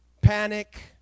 panic